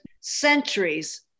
centuries